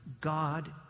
God